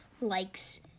Likes